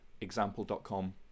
example.com